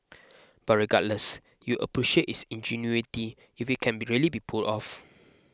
but regardless you appreciate its ingenuity if it can really be pulled off